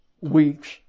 week's